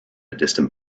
distant